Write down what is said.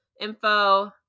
info